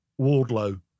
Wardlow